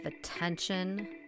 attention